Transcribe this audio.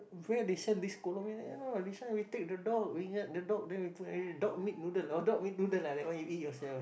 where they sell this Kolo Mian eh no this one we take the dog the dog then we put dog meat noodle oh dog meat noodle ah that one you eat yourself